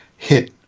Hit